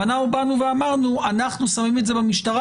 ואנחנו באנו ואמרנו: אנחנו שמים את זה במשטרה,